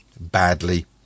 Badly